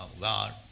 God